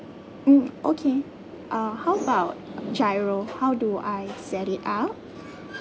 mm okay uh how about GIRO how do I set it up